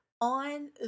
on